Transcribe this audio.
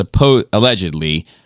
allegedly